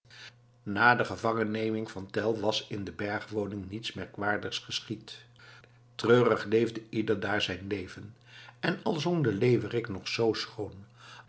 na het gevangen nemen van tell was in de bergwoning niets merkwaardigs geschied treurig leefde ieder daar zijn leven en al zong de leeuwerik nog zoo schoon